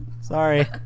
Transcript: Sorry